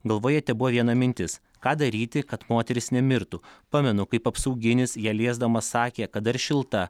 galvoje tebuvo viena mintis ką daryti kad moteris nemirtų pamenu kaip apsauginis ją liesdamas sakė kad dar šilta